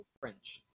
French